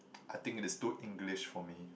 I think it is too English for me